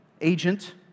agent